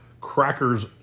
crackers